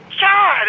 God